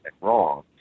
wrong